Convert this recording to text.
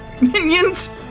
minions